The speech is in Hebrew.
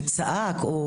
וצעק,